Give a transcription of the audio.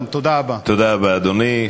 תודה רבה, אדוני.